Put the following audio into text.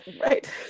right